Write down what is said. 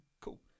cool